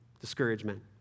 Discouragement